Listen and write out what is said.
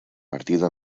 partido